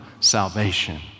salvation